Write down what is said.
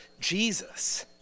Jesus